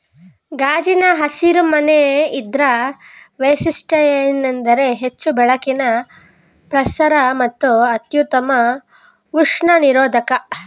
ಗಾಜಿನ ಹಸಿರು ಮನೆ ಇದ್ರ ವೈಶಿಷ್ಟ್ಯತೆಯೆಂದರೆ ಹೆಚ್ಚು ಬೆಳಕಿನ ಪ್ರಸರಣ ಮತ್ತು ಅತ್ಯುತ್ತಮ ಉಷ್ಣ ನಿರೋಧಕ